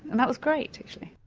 and that was great actually.